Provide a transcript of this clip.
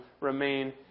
remain